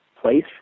place